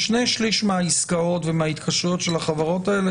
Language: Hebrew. אתם אומרים ששני שליש מהעסקאות ומההתקשרויות של החברות האלה